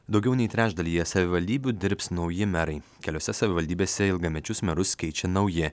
daugiau nei trečdalyje savivaldybių dirbs nauji merai keliose savivaldybėse ilgamečius merus keičia nauji